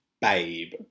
babe